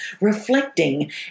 reflecting